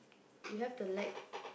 you have to like